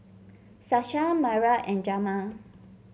Sasha Myra and Jamar